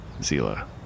Zila